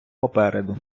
попереду